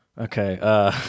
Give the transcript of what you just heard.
Okay